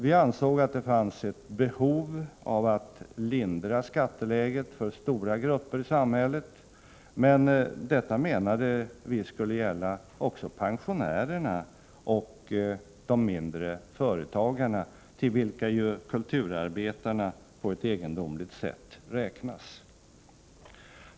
Vi ansåg att det fanns ett behov av att lindra skatteläget för stora grupper i samhället, men detta menade vi skulle gälla också pensionärerna och de mindre företagarna, till vilka ju kulturarbetarna på ett egendomligt sätt räknas.